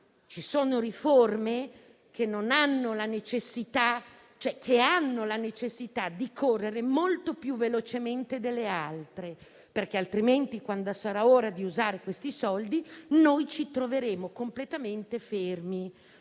ne sono alcune che hanno necessità di correre molto più velocemente di altre, altrimenti, quando sarà ora di usare questi soldi, ci troveremo completamente fermi.